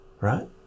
right